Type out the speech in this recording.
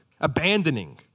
abandoning